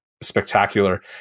spectacular